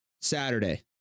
Saturday